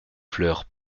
fleurs